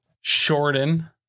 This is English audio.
Shorten